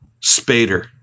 Spader